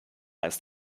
ist